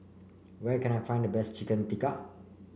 where can I find the best Chicken Tikka